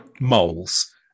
moles